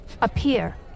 appear